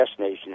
nation